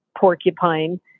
porcupine